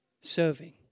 serving